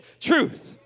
truth